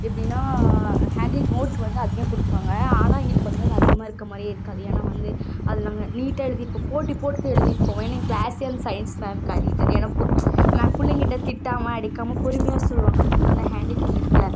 எப்படின்னா hand write note வந்து அதிகம் கொடுப்பாங்க ஆனால் எங்களுக்கு வந்து அது அதிகமாக இருக்கிற மாதிரியே இருக்காது ஏன்னா வந்து அது நாங்கள் நீட்டாக எழுதியிருப்போம் போட்டி போட்டுட்டு எழுதியிருப்போம் ஏன்னா எங்கள் கிளாஸே வந்து சயின்ஸ் மேம்கு அடிக்ட்டு ஏன்னா பொ மேம் பிள்ளைங்ககிட்ட திட்டாமல் அடிக்காமல் பொறுமையாக சொல்லுவாங்க அதுக்கப்புறம் இந்த ஹேண்ட் ரைட்டிங் இருக்குதுல